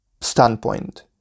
standpoint